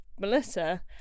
melissa